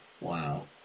Wow